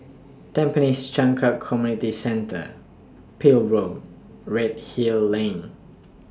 Tampines Changkat Community Centre Peel Road Redhill Lane